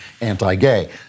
anti-gay